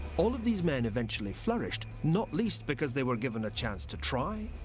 all of these men eventually flourished not least because they were given a chance to try,